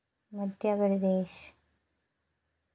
Madhya Pradesh